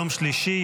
יום שלישי,